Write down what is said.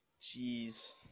Jeez